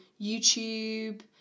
YouTube